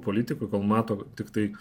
politikų kol mato tiktai